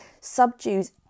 subdues